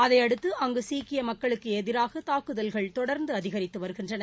அதையடுத்து அங்கு சீக்கிய மக்களுக்கு எதிராக தாக்குதல்கள் தொடர்ந்து அதிகரித்து வருகின்றன